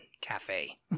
cafe